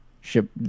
Ship